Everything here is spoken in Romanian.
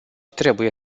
trebuie